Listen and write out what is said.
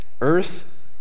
earth